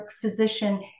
physician